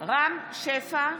רם שפע,